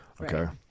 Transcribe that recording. Okay